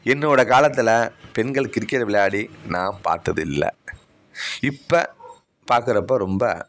என்னோடய காலத்தில் பெண்கள் கிரிக்கெட் விளையாடி நான் பார்த்ததில்ல இப்போ பார்க்கறப்ப ரொம்ப